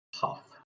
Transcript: Half